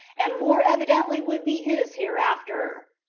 and more evidently would be his hereafter.